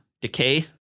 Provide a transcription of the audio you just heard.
decay